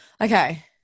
Okay